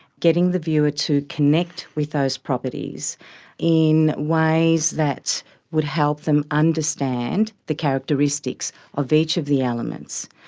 getting the viewer to connect with those properties in ways that would help them understand the characteristics of each of the elements.